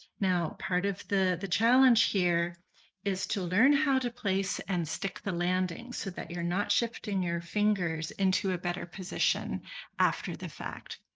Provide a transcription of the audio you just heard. now part of the the challenge here is to learn how to place and stick the landing so that you're not shifting your fingers into a better position after the fact.